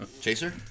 Chaser